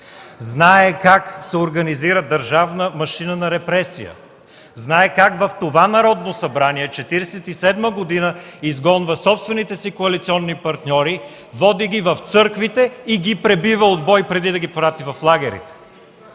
знае как се организира държавна машина за репресии, знае как в това Народно събрание през 1947 г. изгонва собствените си коалиционни партньори, води ги в църквите и ги пребива от бой преди да ги прати в лагери!